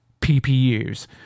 PPUs